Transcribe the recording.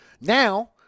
Now